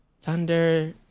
Thunder